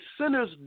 sinner's